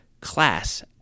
class